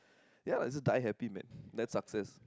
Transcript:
ya it's die happy man that success